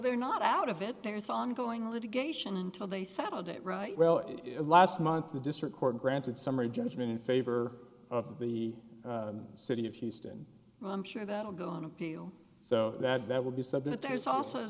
they're not out of it there's ongoing litigation until they settled it right well it last month the district court granted summary judgment in favor of the city of houston i'm sure that will go on appeal so that there will be submit there's also a